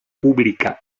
pública